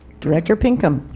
director pinkham